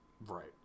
Right